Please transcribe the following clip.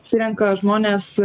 surenka žmones